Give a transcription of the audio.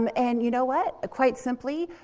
um and you know what? quite simply,